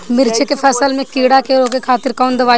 मिर्च के फसल में कीड़ा के रोके खातिर कौन दवाई पड़ी?